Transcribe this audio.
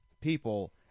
people